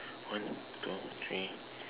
one two three